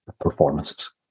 performances